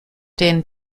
den